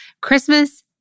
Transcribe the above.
Christmas